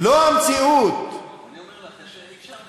לא המציאות, אני אומר לך, אי-אפשר,